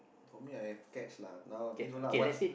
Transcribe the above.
for me I have cats lah now I think so lah what